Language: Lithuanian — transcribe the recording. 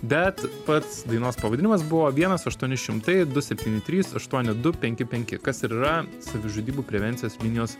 bet pats dainos pavadinimas buvo vienas aštuoni šimtai du septyni trys aštuoni du penki penki kas ir yra savižudybių prevencijos linijos